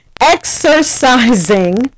exercising